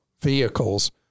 vehicles